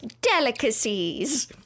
Delicacies